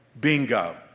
Bingo